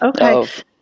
Okay